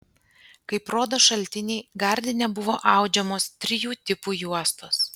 kaip rodo šaltiniai gardine buvo audžiamos trijų tipų juostos